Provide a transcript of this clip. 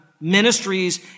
ministries